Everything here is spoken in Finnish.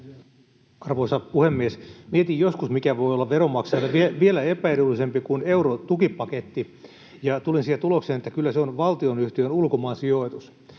Arvoisa puhemies! Mietin joskus, mikä voi olla veronmaksajille vielä epäedullisempi kuin eurotukipaketti, ja tulin siihen tulokseen, että kyllä se on valtionyhtiön ulkomaan sijoitus.